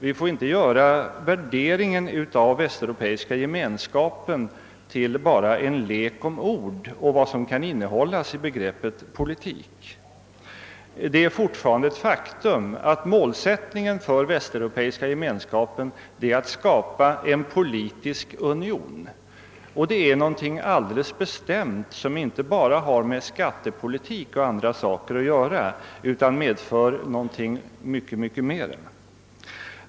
Vi får inte göra värderingen av Västeuropeiska gemenskapen enbart till en lek om ord och till vad som kan innehållas i begreppet politik. Det är fortfarande ett faktum, att målsättningen för Västeuropeiska gemenskapen är att skapa en politisk union. Detta är något som inte bara har med skattepolitik och andra saker att göra utan medför någonting mycket mera.